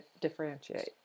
differentiate